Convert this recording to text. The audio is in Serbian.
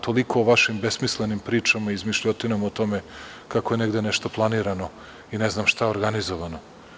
Toliko o vašim besmislenim pričama, izmišljotinama o tome kako je negde nešto planirano i ne znam šta organizovano.